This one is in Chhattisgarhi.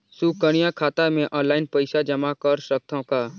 सुकन्या खाता मे ऑनलाइन पईसा जमा कर सकथव का?